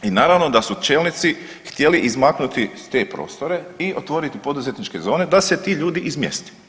I naravno da su čelnici htjeli izmaknuti s te prostore i otvoriti poduzetničke zone da se ti ljudi izmjeste.